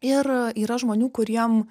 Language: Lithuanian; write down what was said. ir yra žmonių kuriem